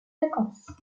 vacances